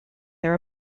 their